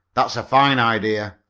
that's a fine idea,